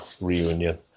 reunion